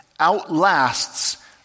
outlasts